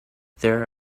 there